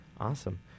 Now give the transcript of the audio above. Awesome